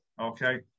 okay